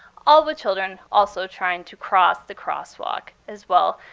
all the children also trying to cross the crosswalk, as well.